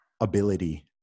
ability